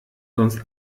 sonst